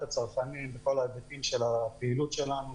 הצרכנים מכל ההיבטים של הפעילות שלנו,